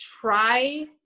try